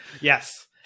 Yes